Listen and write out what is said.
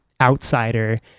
outsider